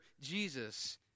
Jesus